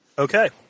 Okay